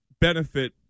benefit